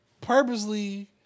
purposely